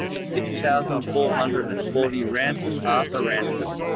six thousand four hundred and forty ransome ah ransome